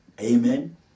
Amen